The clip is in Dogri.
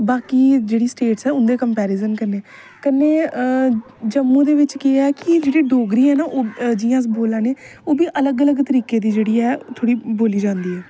बाकी जेहड़ी स्टेट ऐ उंदे कम्पेरीजन कन्नै कन्नै जम्मू दे बिच केह् है कि जेहड़ी डोगरी होंदी जेहड़ी अस बोलने ओह्बी अलग अलग तरीके दी जेहड़ी ऐ थोह्ड़ी बोल्ली जंदी